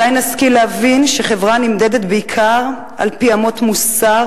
מתי נשכיל להבין שחברה נמדדת בעיקר על-פי אמות מוסר